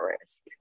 risk